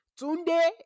Tunde